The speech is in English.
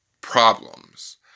problems